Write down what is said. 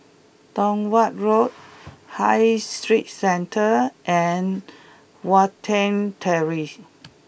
Tong Watt Road High Street Centre and Watten Terrace